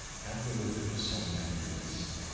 had the look of a somnambulist.